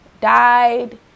died